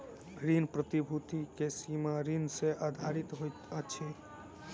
ऋण प्रतिभूति के सीमा ऋण सॅ आधारित होइत अछि